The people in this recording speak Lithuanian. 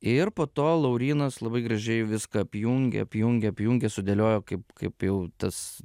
ir po to laurynas labai gražiai viską apjungė apjungė apjungė sudėliojo kaip kaip jau tas